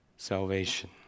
salvation